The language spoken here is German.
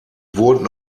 wurden